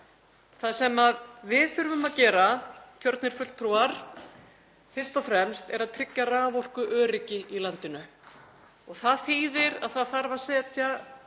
Það sem við þurfum að gera, kjörnir fulltrúar, fyrst og fremst er að tryggja raforkuöryggi í landinu. Það þýðir að það þarf að setja